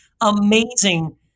amazing